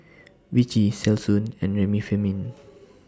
Vichy Selsun and Remifemin